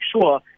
sure